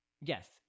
Yes